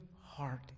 heart